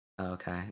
okay